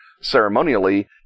ceremonially